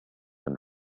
and